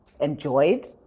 enjoyed